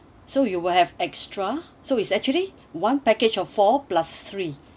so you will have extra so is actually one package of four plus three